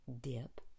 dip